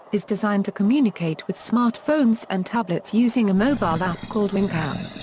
is designed to communicate with smartphones and tablets using a mobile app called wink app.